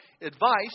advice